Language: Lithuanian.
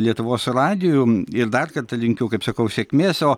lietuvos radiju ir dar kartą linkiu kaip sakau sėkmės o